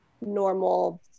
normal